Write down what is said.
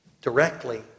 directly